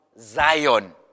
Zion